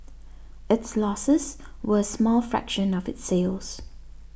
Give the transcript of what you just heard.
its losses were a small fraction of its sales